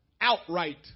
outright